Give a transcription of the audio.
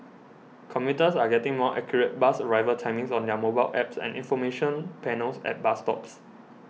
commuters are getting more accurate bus arrival timings on their mobile apps and information panels at bus stops